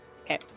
Okay